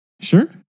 Sure